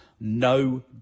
no